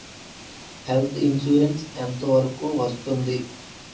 Health insurance ఎంత వరకు వస్తుంది?